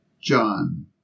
John